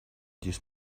this